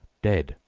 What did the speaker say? dead,